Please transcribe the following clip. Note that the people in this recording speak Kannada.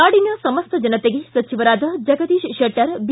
ನಾಡಿನ ಸಮಸ್ತ ಜನತೆಗೆ ಸಚಿವರಾದ ಜಗದೀಶ್ ಕೆಟ್ಟರ್ ಬಿ